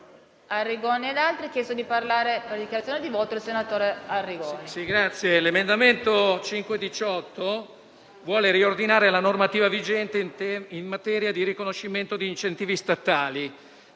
l'emendamento 5.18 vuole riordinare la normativa vigente in materia di riconoscimento degli incentivi statali